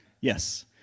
Yes